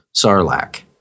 Sarlacc